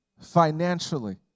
financially